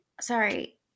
sorry